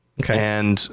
Okay